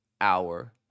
hour